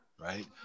right